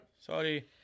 Sorry